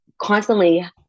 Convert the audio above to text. constantly